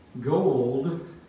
Gold